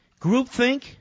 groupthink